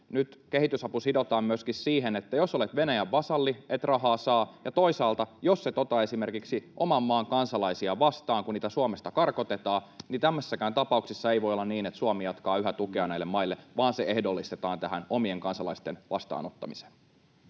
nyt kehitysapu sidotaan myöskin siihen, että jos olet Venäjän vasalli, et saa rahaa. Ja toisaalta jos et ota esimerkiksi oman maan kansalaisia vastaan, kun niitä Suomesta karkotetaan, niin tämmöisessäkään tapauksessa ei voi olla niin, että Suomi jatkaa yhä tukea näille maille, vaan se ehdollistetaan tähän omien kansalaisten vastaanottamiseen.